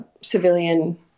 civilian